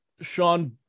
Sean